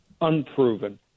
unproven